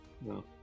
No